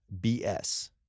BS